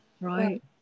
Right